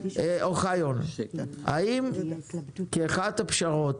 אוחיון, האם כאחת הפשרות